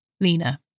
Lena